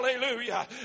Hallelujah